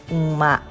uma